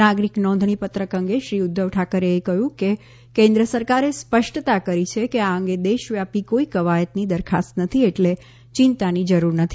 નાગરિક નોંધણીપત્રક અંગે શ્રી ઉદ્વવ ઠાકરેએ કહ્યું કે કેન્દ્ર સરકારે સ્પષ્ટતા કરી છે કે આ અંગે દેશવ્યાપી કોઇ કવાયતની દરખાસ્ત નથી એટલે ચિંતાની જરૂર નથી